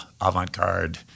avant-garde